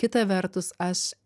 kita vertus aš